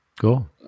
Cool